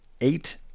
eight